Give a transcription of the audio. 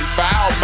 foul